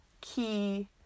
key